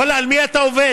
ואללה, על מי אתה עובד?